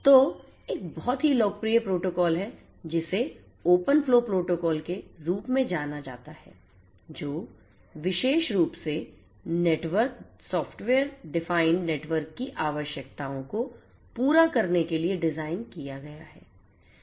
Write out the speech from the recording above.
तो एक बहुत ही लोकप्रिय प्रोटोकॉल है जिसे ओपनफ्लो प्रोटोकॉल के रूप में जाना जाता है जो विशेष रूप से नेटवर्क सॉफ़्टवेयर डिफाइंड नेटवर्क की आवश्यकताओं को पूरा करने के लिए डिज़ाइन किया गया है